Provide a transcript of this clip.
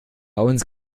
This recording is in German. uns